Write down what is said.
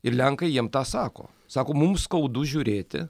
ir lenkai jiem tą sako sako mums skaudu žiūrėti